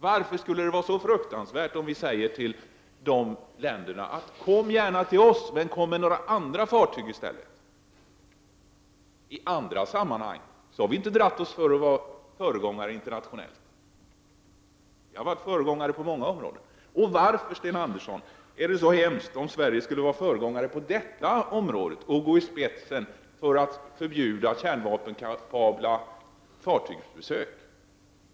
Varför skulle det vara så förfärligt om vi sade till dessa länder att de gärna får komma till oss, men med några andra fartyg? I andra sammanhang har vi inte dragit oss för att vara föregångare internationellt. Vi har varit föregångare på många områden. Varför, Sten Andersson, skulle det vara så hemskt om Sverige skulle vara föregångare på detta område och gå i spetsen för att förbjuda kärnvapenkapabla fartygsbesök?